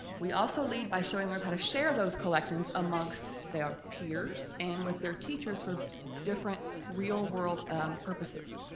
we also lead by showing others how to share those collections amongst their peers and with their teachers for different real-world purposes.